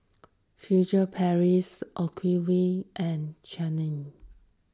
Furtere Paris Ocuvite and Ceradan